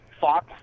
Fox